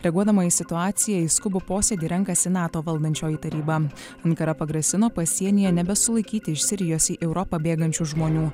reaguodama į situaciją į skubų posėdį renkasi nato valdančioji taryba ankara pagrasino pasienyje nebesulaikyti iš sirijos į europą bėgančių žmonių